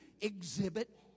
exhibit